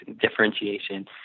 differentiation